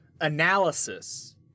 analysis